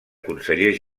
consellers